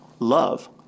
Love